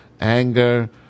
anger